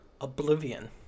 Oblivion